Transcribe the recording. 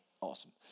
awesome